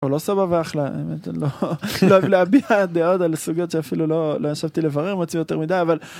או לא סבבה אחלה, אני באמת לא אוהב להביע דעות על סוגית שאפילו לא... לא ישבתי לברר, מוציא יותר מדי, אבל...